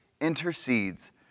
intercedes